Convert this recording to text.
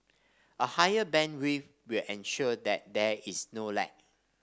a higher bandwidth will ensure that there is no lag